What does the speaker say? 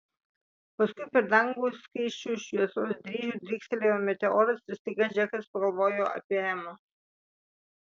paskui per dangų skaisčiu šviesos dryžiu drykstelėjo meteoras ir staiga džekas pagalvojo apie emą